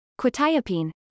Quetiapine